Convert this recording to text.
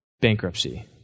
bankruptcy